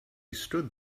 stood